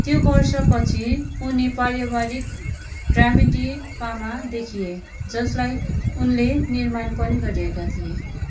त्यो वर्षपछि उनी पारिवरिक ड्रामेडी पामा देखिए जसलाई उनले निर्माण पनि गरिएका थिए